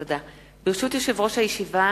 ברשות יושב-ראש הישיבה,